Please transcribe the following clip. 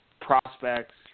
prospects